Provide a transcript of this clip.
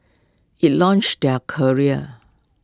IT launched their careers